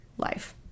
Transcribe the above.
Life